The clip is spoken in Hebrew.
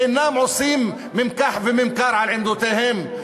ואינן עושות מיקח וממכר על עמדותיהן,